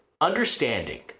understanding